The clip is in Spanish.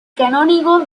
canónigo